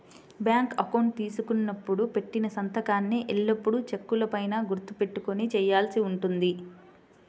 bank account తీసుకున్నప్పుడు పెట్టిన సంతకాన్నే ఎల్లప్పుడూ చెక్కుల పైన గుర్తు పెట్టుకొని చేయాల్సి ఉంటుంది